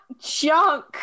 Junk